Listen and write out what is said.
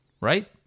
right